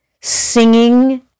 singing